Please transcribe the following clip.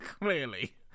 clearly